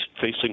facing